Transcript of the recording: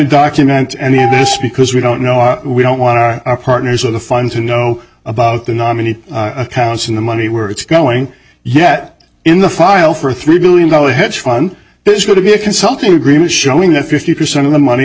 document any of this because we don't know or we don't want our our partners or the fun to know about the nominee accounts in the money where it's going yet in the file for three billion go ahead fun there's going to be a consulting agreement showing that fifty percent of the money